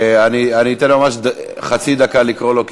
אתן חצי דקה לקרוא לו,